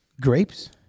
grapes